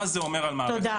מה זה אומר על מערכת?